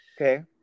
Okay